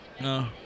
No